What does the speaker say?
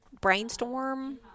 brainstorm